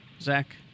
Zach